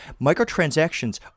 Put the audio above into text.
Microtransactions